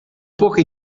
poche